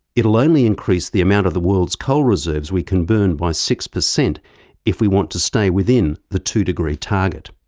it'll only increase the mount of the world's coal reserves we can burn by six percent if we want to stay with the two degree target.